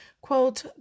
Quote